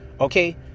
okay